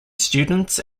students